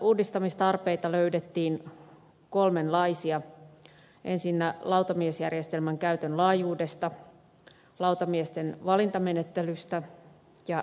uudistamistarpeita löydettiin kolmenlaisia koskien lautamiesjärjestelmän käytön laajuutta lautamiesten valintamenettelyä ja äänestyssääntöjä